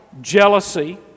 jealousy